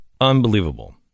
Unbelievable